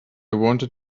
wanted